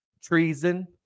treason